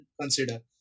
consider